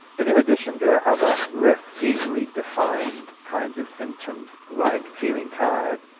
but in addition to ah other less easily defined kinds of symptoms like feeling tired,